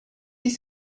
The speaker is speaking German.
sich